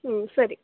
ಹ್ಞೂ ಸರಿ